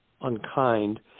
unkind